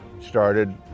started